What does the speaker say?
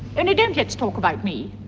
and don't let's talk about me.